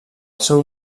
seu